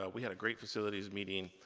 ah we had a great facilities meeting.